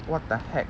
what the heck